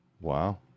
Wow